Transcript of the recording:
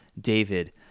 David